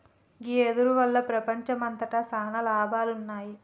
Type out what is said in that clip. గీ వెదురు వల్ల ప్రపంచంమంతట సాన లాభాలున్నాయి